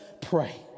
pray